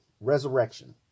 resurrection